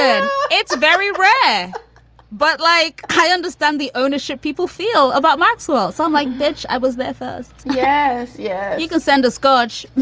yeah it's very rare but like i understand the ownership people feel about maxwell. so i'm like, bitch. i was there first. yes. yeah. you can send us scotch,